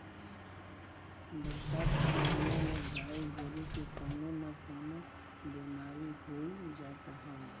बरसात के महिना में गाई गोरु के कवनो ना कवनो बेमारी होइए जात हवे